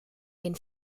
den